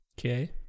Okay